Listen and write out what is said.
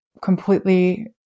completely